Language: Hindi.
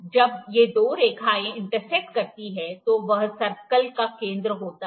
जब ये दो रेखाएँ इंटरसेक्ट करती हैं तो वह सर्कल का केंद्र होता है